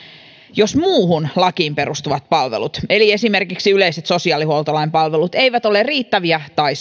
jos muuhun lakiin perustuvat palvelut eli esimerkiksi yleiset sosiaalihuoltolain palvelut eivät ole riittäviä tai